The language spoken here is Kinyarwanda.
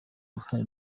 ruhare